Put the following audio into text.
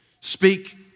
speak